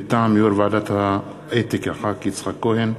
מטעם יו"ר ועדת האתיקה חבר הכנסת יצחק כהן,